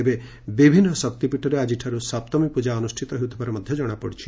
ତେବେ ବିଭିନ୍ନ ଶକ୍ତିପୀଠରେ ଆକିଠାରୁ ସପ୍ତମୀ ପୂଜା ଅନୁଷ୍ଠିତ ହେଉଥିବା ଜଣାପଡ଼ିଛି